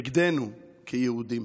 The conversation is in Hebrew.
נגדנו כיהודים.